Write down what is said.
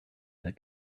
that